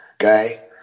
Okay